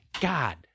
God